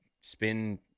spin